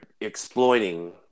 exploiting